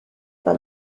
par